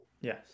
Yes